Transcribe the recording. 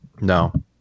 no